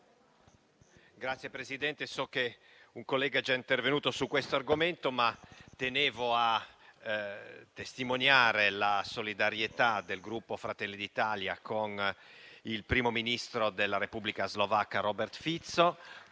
Signor Presidente, so che un collega è già intervenuto su questo argomento, ma tengo a testimoniare la solidarietà del Gruppo Fratelli d'Italia con il primo ministro della Repubblica slovacca, Robert Fico,